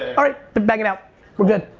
alright back it out where good.